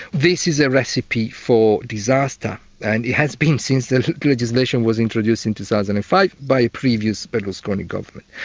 this is a recipe for disaster and it has been since the legislation was introduced in two thousand and five by a previous berlusconi government.